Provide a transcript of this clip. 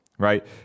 right